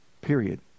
Period